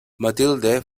matilde